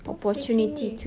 no freaking way